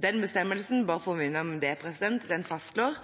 Denne bestemmelsen, bare for å minne om det, fastslår